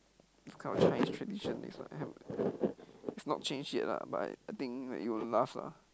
this kind of Chinese tradition is not it's not changed yet ah but I think it'll last lah